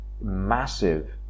massive